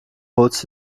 holst